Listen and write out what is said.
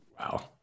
Wow